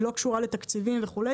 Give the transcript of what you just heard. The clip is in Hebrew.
היא לא קשורה לתקציבים וכו',